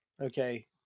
okay